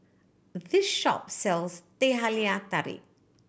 this shop sells Teh Halia Tarik